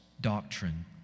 doctrine